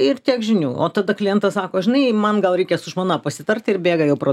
ir tiek žinių o tada klientas sako žinai man gal reikia su žmona pasitart ir bėga jau pro